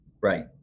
Right